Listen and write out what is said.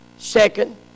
Second